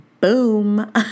Boom